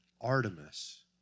Artemis